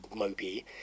mopey